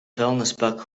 vuilnisbak